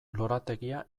lorategia